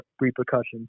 repercussions